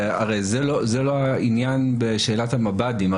הרי זה לא העניין בשאלת המב"דים,